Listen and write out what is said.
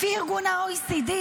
לפי ארגון ה-OECD,